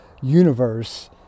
universe